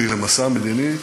לנסיעות שלי למסע מדיני,